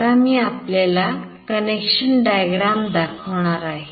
आता मी आपल्याला कनेक्शन डायग्राम दाखवणार आहे